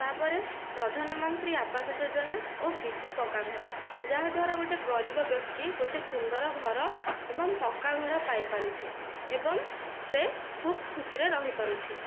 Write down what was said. ତାପରେ ପ୍ରଧାନମନ୍ତ୍ରୀ ଆବାସ ଯୋଜନା ଓ ବିଜୁ ପକ୍କା ଘର ଯାହା ଦ୍ୱାରା ଗୋଟିଏ ଗରିବ ବ୍ୟକ୍ତି ଗୋଟିଏ ସୁନ୍ଦର ଘର ଏବଂ ପକ୍କା ଘର ପାଇପାରୁଛି ଏବଂ ସେ ଖୁବ ଖୁସିରେ ରହିପାରୁଛି